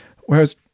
whereas